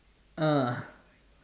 uh